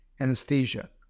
anesthesia